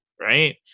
right